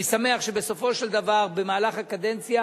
אני שמח שבסופו של דבר במהלך הקדנציה